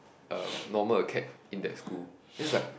uh normal acad in that school this like